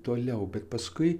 toliau bet paskui